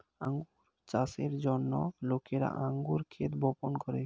আঙ্গুর চাষের জন্য লোকেরা আঙ্গুর ক্ষেত বপন করে